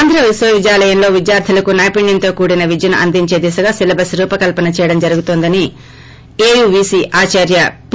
ఆంధ్ర విశ్వవిద్యాలయంలో విద్యార్దులకు నైపుణ్యంతో కూడున విద్యను అందించే దిశగా సిలబస్ రూపకల్సన చేయడం జరుగుతోందని ఏయు విసీ ఆచార్య పి